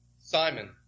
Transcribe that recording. Simon